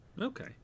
Okay